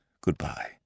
Goodbye